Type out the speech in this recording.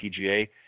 PGA